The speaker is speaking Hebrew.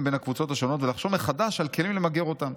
בין הקבוצות השונות ולחשוב מחדש על כלים למגר אותם.